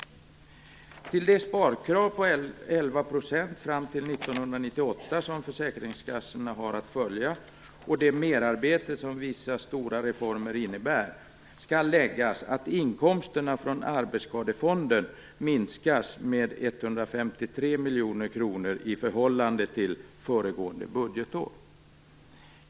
Till det sparkrav på 11 % fram till 1998 som försäkringskassorna har att följa och det merarbete som vissa stora reformer innebär skall läggas att inkomsterna från arbetsskadefonden minskas med 153 miljoner kronor i förhållande till föregående budgetår.